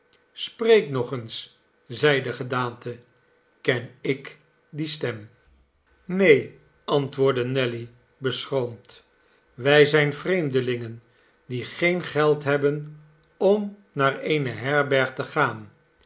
spreek nog eens zeide de gedaante ken ik die stem vlvght te land neen antwoordde nelly beschroomd wij zijn vreemdelingen die geen geld hebben om naar eene herberg te gaan